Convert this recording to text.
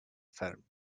ferm